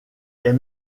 est